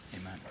Amen